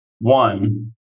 one